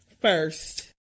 first